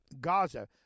Gaza